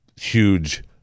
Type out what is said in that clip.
huge